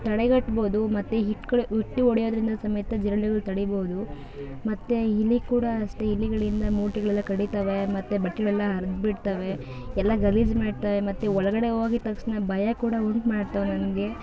ತಡೆಗಟ್ಬೋದು ಮತ್ತು ಹಿಟ್ಗಳು ಇಟ್ಟು ಹೊಡೆಯೋದ್ರಿಂದ ಸಮೇತ ಜಿರ್ಳೆಗಳು ತಡಿಬೋದು ಮತ್ತು ಇಲಿ ಕೂಡ ಅಷ್ಟೇ ಇಲಿಗಳಿಂದ ಮೂಟೆಗಳೆಲ್ಲ ಕಡಿತಾವೆ ಮತ್ತು ಬಟ್ಟೆಗಳೆಲ್ಲ ಹರ್ದುಬಿಡ್ತಾವೆ ಎಲ್ಲ ಗಲೀಜು ಮಾಡ್ತವೆ ಮತ್ತು ಒಳಗಡೆ ಹೋಗಿದ್ ತಕ್ಷ್ಣ ಭಯ ಕೂಡ ಉಂಟು ಮಾಡ್ತವೆ ನಮಗೆ